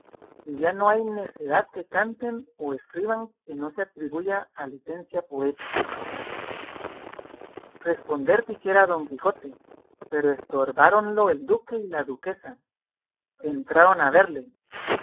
y ya no hay necedad que canten o escriban que no se atribuya a licencia poética responder quisiera don quijote pero estorbáronlo el duque y la duquesa que entraron a verle